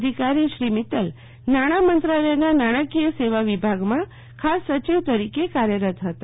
અધિકારી શ્રી મિત્તલ નાણા મંત્રાલયના નાણાકીય સેવા વિભાગમાં ખાસ સચિવ તરીકે કાર્યરત હતાં